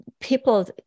people